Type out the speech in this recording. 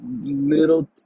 little